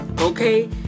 okay